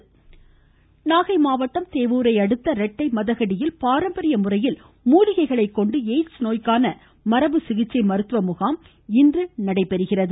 Nagai voice Nagai மாவட்டம் தேவூரை அடுத்த ரெட்டை மதகடியில் பாரம்பரிய முறையில் மூலிகைகளை கொண்டு எய்ட்ஸ் நோய்க்கான மரபு சிகிச்சை மருத்துவ முகாம் இன்று நடைபெறுகிறது